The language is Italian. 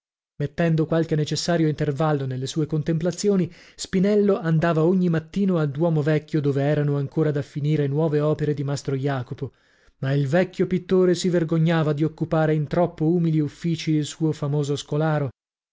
mettendo qualche necessario intervallo nelle sue contemplazioni spinello andava ogni mattino al duomo vecchio dove erano ancora da finire nuove opere di mastro jacopo ma il vecchio pittore si vergognava di occupare in troppo umili uffici il suo famoso scolaro